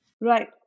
Right